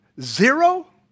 Zero